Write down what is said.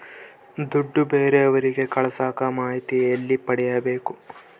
ದುಡ್ಡು ಬೇರೆಯವರಿಗೆ ಕಳಸಾಕ ಮಾಹಿತಿ ಎಲ್ಲಿ ಪಡೆಯಬೇಕು?